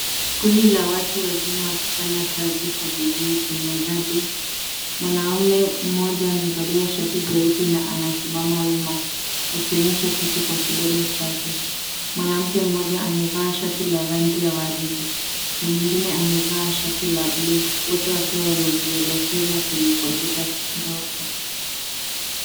Kundi la watu wazima wakifanya kazi kwa bidii kwenye mradi. Mwanamume mmoja amevalia shati jeupe na anasimama wima akionyesha kitu kwa kidole chake. Mwanamke mmoja amevaa shati la rangi ya waridi na mwingine amevaa shati la bluu. Wote wakiwa wamejielekeza kwenye kompyuta ndogo.